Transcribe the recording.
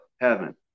heaven